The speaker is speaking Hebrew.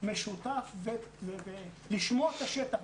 משותף וכדי לשמוע את השטח.